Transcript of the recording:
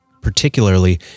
particularly